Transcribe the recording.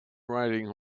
riding